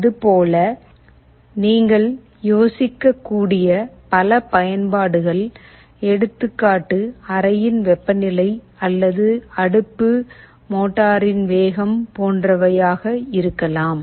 அது போல நீங்கள் யோசிக்க கூடிய பல பயன்பாடுகள் எடுத்துக்காட்டு அறையின் வெப்பநிலை அல்லது அடுப்பு மோட்டாரின் வேகம் போன்றவை இருக்கலாம்